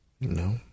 No